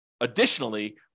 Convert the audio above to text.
additionally